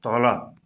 तल